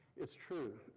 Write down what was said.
it's true,